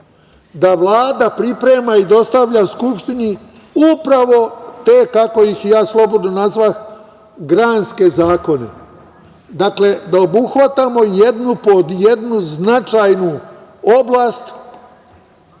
da Vlada priprema i dostavlja Skupštini upravo te, kako ih ja slobodno nazvah, granske zakone. Dakle, da obuhvatamo jednu po jednu značajnu oblast